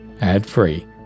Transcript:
ad-free